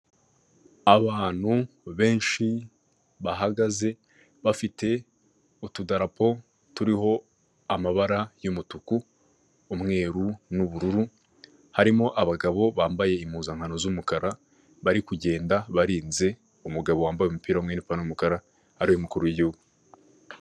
Abantu benshi bahagaze, bafite utudarapo turiho amabara yumutuku, umweru n'ubururu; harimo abagabo bambaye impuzankano z'umukara, bari kugenda barinze umugabo wambaye umupira w'umweru n'ipantaro y'umukara; ari we mukuru w'igihugu.